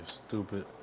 stupid